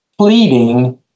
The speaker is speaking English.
Pleading